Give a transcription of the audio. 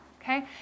Okay